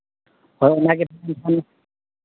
ᱦᱳᱭ ᱚᱱᱟᱜᱮ ᱛᱟᱦᱞᱮ ᱠᱷᱟᱱ